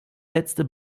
letzte